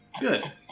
Good